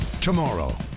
Tomorrow